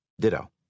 ditto